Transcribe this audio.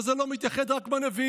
אבל זה לא מתייחד רק לנביאים.